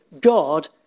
God